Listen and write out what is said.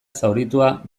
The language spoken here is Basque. zauritua